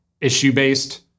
issue-based